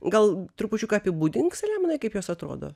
gal trupučiuką apibūdink saliamonai kaip jos atrodo